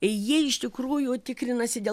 jie iš tikrųjų tikrinasi dėl